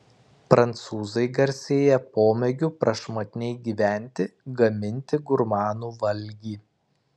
prancūzai garsėja pomėgiu prašmatniai gyventi gaminti gurmanų valgį